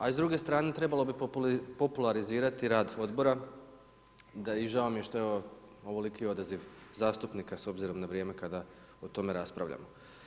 A i s druge strane trebalo bi popularizirati rad odbora, da i žao mi je što je ovoliki odaziv zastupnika s obzirom na vrijeme kada o tome raspravljamo.